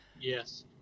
Yes